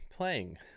playing